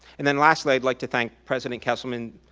and then lastly, i'd like to thank president kesselman,